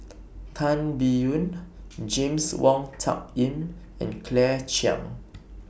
Tan Biyun James Wong Tuck Yim and Claire Chiang